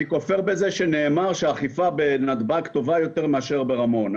אני כופר בזה שנאמר שהאכיפה בנתב"ג טובה יותר מאשר ברמון.